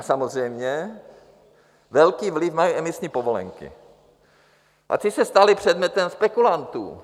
Samozřejmě, velký vliv mají emisní povolenky a ty se staly předmětem spekulantů.